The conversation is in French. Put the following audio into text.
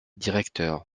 directeur